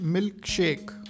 Milkshake